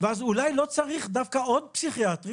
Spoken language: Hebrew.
ואז אולי לא צריך דווקא עוד פסיכיאטרים.